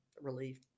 relief